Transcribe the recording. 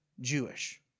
Jewish